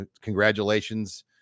Congratulations